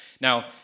Now